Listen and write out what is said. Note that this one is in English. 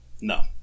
No